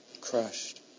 crushed